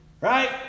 Right